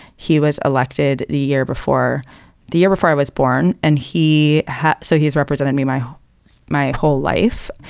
he was elected the year before the year before i was born. and he has. so he's representing me my whole my whole life.